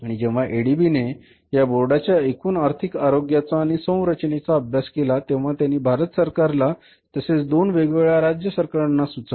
आणि जेव्हा एडीबीने या बोर्डांच्या एकूण आर्थिक आरोग्याचा आणि संरचनेचा अभ्यास केला तेव्हा त्यांनी भारत सरकारला तसेच दोन वेगवेगळ्या राज्य सरकारांना सुचवले